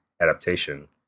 adaptation